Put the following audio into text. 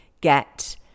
get